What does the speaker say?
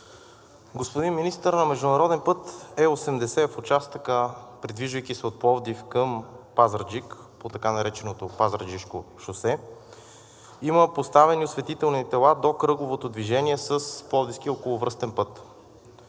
Господин Министър, на международен път Е-80 в участъка, придвижвайки се от Пловдив към Пазарджик по така нареченото Пазарджишко шосе, има поставени осветителни тела до кръговото движение с пловдивския околовръстен път,